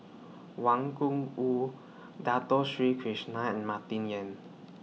Wang Gungwu Dato Sri Krishna and Martin Yan